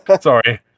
sorry